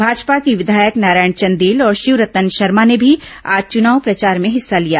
भाजपा के विधायक नारायण चंदेल और शिवरतन शर्मा ने भी आज चुनाव प्रचार में हिस्सा लिया